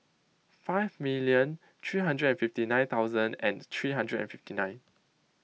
five million three hundred and fifty nine thousand and three hundred and fifty nine